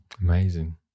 Amazing